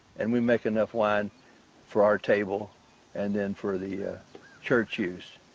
and we make enough wine for our table and then for the church use.